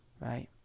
right